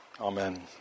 amen